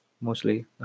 mostly